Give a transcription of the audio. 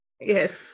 Yes